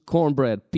Cornbread